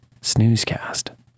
snoozecast